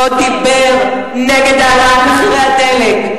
לא דיבר נגד העלאת מחירי הדלק.